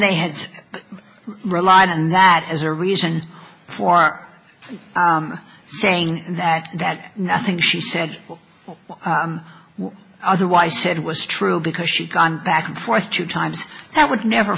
they had relied and that is a reason for saying that that nothing she said otherwise said was true because she'd gone back and forth two times that would never